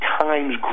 times